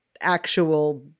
actual